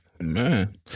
Man